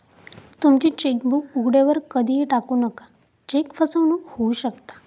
तुमची चेकबुक उघड्यावर कधीही टाकू नका, चेक फसवणूक होऊ शकता